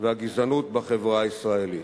והגזענות בחברה הישראלית.